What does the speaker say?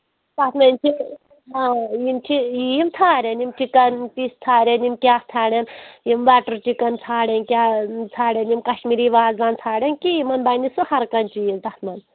اَتھ منٛز چھِ یِم چھِ یِم ژھانڈن یِم چِکَن پیٖس ژھانڈن یِم کیٛاہ ژھانڈن یِم بَٹَر چِکَن ژھانڈن کیٛاہ ژھانڈن یِم کشمیٖری وازوان ژھانڈن کینٛہہ یِمَن بَنہِ سُہ ہر کانٛہہ چیٖز تَتھ منٛز